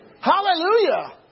Hallelujah